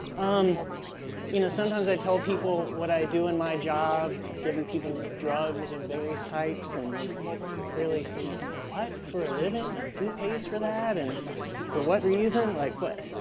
um sometimes i tell people what i do in my job, giving people drugs of various types, and they really say, you do what for a living? and who pays for that? and for what reason, like what?